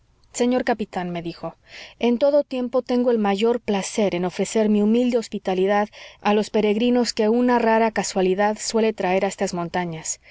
saludó cortésmente señor capitán me dijo en todo tiempo tengo el mayor placer en ofrecer mi humilde hospitalidad a los peregrinos que una rara casualidad suele traer a estas montañas